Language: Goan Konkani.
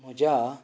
म्हज्या